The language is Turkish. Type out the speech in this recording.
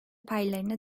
paylarına